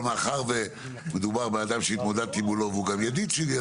אבל מאחר ומדובר בבן אדם שהתמודדתי מולו והוא גם ידיד שלי,